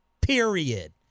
Period